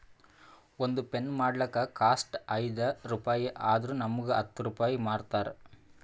ಒಂದ್ ಪೆನ್ ಮಾಡ್ಲಕ್ ಕಾಸ್ಟ್ ಐಯ್ದ ರುಪಾಯಿ ಆದುರ್ ನಮುಗ್ ಹತ್ತ್ ರೂಪಾಯಿಗಿ ಮಾರ್ತಾರ್